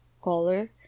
color